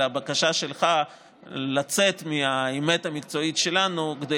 לבקשה שלך לצאת מהאמת המקצועית שלנו כדי